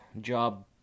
job